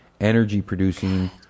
energy-producing